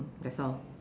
that's all